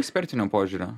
ekspertinio požiūrio